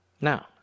Now